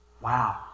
Wow